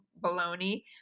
baloney